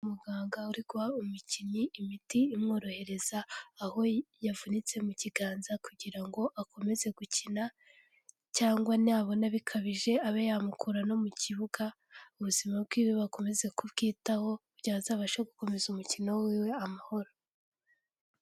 Umuganga uri guha umukinnyi imiti imwohereza aho yavunitse mu kiganza kugira ngo akomeze gukina cyangwa nabona bikabije abe yamukura no mu kibuga, ubuzima bwiwe bakomeze kubwitaho, kugira azabashe gukomeza umukino wiwe amahoro.